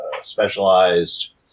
specialized